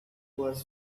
was